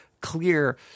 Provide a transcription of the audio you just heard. clear